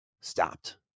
stopped